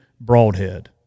broadhead